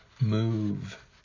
move